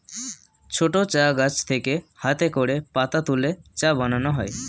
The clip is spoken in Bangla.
ছোট চা গাছ থেকে হাতে করে পাতা তুলে চা বানানো হয়